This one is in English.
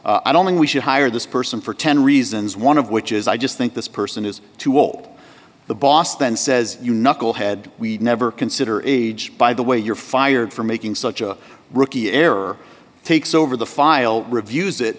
i don't think we should hire this person for ten reasons one of which is i just think this person is too op the boss then says you knucklehead we'd never consider age by the way you're fired for making such a rookie error takes over the file reviews it